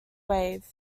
wave